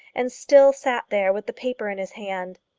and still sat there with the paper in his hand.